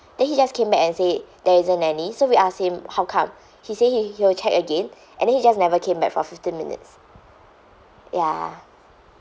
then he just came and said there isn't any so we asked him how come he say he he'll check again and then he just never came back for fifteen minutes ya